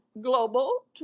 Global